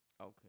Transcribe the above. Okay